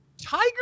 Tiger